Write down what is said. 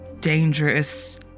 dangerous